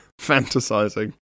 fantasizing